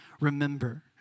remember